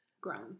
grown